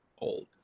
old